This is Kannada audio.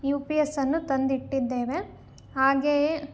ಯು ಪಿ ಎಸ್ಸನ್ನು ತಂದಿಟ್ಟಿದ್ದೇವೆ ಹಾಗೆಯೇ